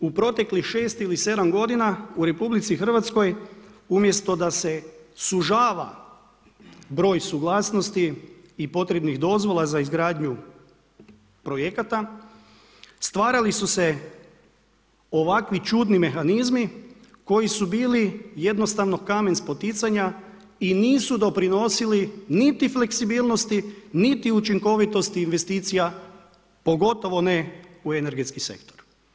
No međutim, u proteklih 6 ili 7 godina u RH umjesto da se sužava broj suglasnosti i potrebnih dozvola za izgradnju projekata stvarali su se ovakvi čudni mehanizmi koji su bili jednostavno kamen spoticanja i nisu doprinosili niti fleksibilnosti, niti učinkovitosti investicija pogotovo ne u energetski sektor.